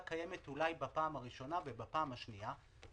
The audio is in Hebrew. קיימת אולי בפעם הראשונה ובפעם השנייה.